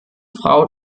frau